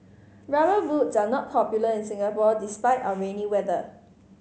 Rubber Boots are not popular in Singapore despite our rainy weather